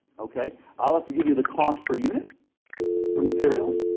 okay. i'll have to give you the cost per unit for materials,